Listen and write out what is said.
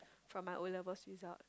from my O-levels result